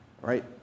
Right